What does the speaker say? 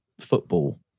football